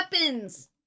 weapons